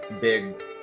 big